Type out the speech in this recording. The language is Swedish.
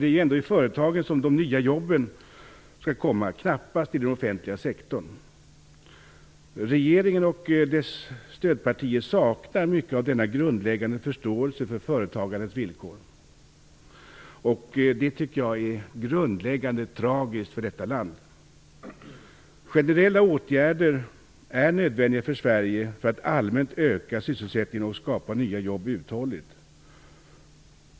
Det är ju ändå i företagen som de nya jobben skall komma. De kommer knappast i den offentliga sektorn. Regeringen och dess stödpartier saknar mycket av denna grundläggande förståelse för företagarens villkor. Jag tycker att det är tragiskt för detta land. Generella åtgärder är nödvändiga för att allmänt öka sysselsättningen och uthålligt skapa nya jobb i Sverige.